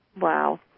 Wow